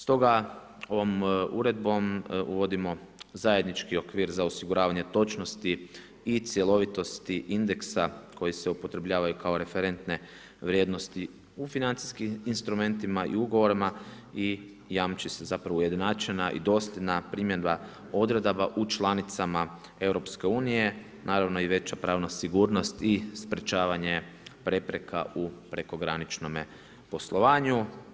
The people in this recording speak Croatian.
Stoga ovom uredbom uvodimo zajednički okvir za osiguravanje točnosti i cjelovitosti indeksa koji se upotrebljavaju kao referentne vrijednosti u financijskim instrumentima i ugovorima i jamči se zapravo ujednačena i dosljedna primjedba u članicama EU-a, naravno i veća pravna sigurnosti i sprječavanje prepreka u prekograničnome poslovanju.